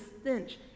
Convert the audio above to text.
stench